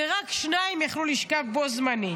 ורק שניים יכלו לשכב בו-בזמן.